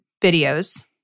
videos